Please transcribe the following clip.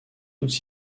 toutes